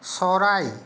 চৰাই